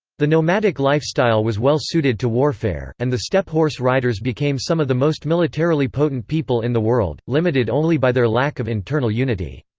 the nomadic lifestyle was well suited to warfare, and the steppe horse riders became some of the most militarily potent people in the world, limited only by their lack of internal unity.